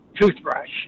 toothbrush